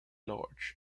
large